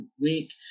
week